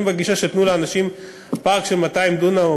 אני בגישה של: תנו לאנשים פארק של 200 דונם או